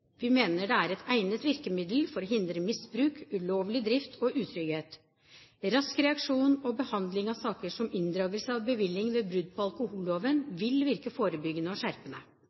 Vi mener det er et egnet virkemiddel for å hindre misbruk, ulovlig drift og utrygghet. Rask reaksjon og behandling av saker som inndragelse av bevilling ved brudd på alkoholloven, vil virke forebyggende og skjerpende.